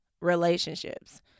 relationships